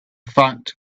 fact